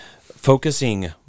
focusing